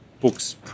books